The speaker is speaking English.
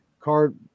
card